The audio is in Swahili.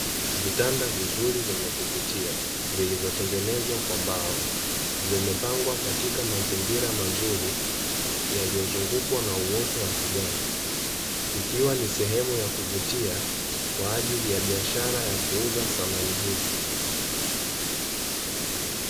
Vitanda vizuri vyema kuvutia vilivyotengenezwa kwa mbao, vimepangwa katika mazingira mazuri yaliyozungukwa na uoto wa kijani, ikiwa ni sehemu ya kuvutia kwa ajili ya biashara ya kuuza samani hizi.